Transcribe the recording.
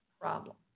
problem